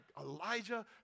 Elijah